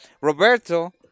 Roberto